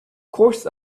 course